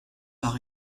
par